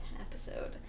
episode